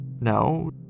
No